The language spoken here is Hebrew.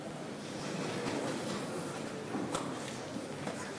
(חברי הכנסת מקדמים בקימה את פני נשיא